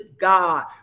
God